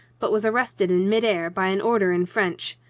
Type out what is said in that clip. but was arrested in mid-air by an order in french.